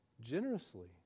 generously